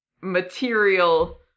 material